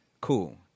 Cool